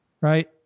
right